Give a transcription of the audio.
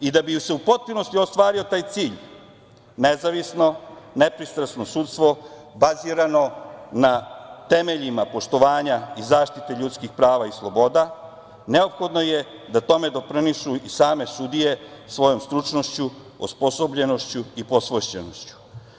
Da bi se u potpunosti ostvario taj cilj nezavisno, nepristrasno sudstvo bazirano na temeljima poštovanja i zaštite ljudskih prava i sloboda, neophodno je da tome doprinesu i same sudije svojom stručnošću, osposobljenošću i posvećenošću.